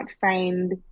find